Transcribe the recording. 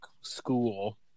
school